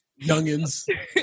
Youngins